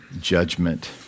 judgment